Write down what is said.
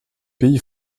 pays